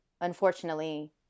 unfortunately